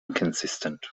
consistent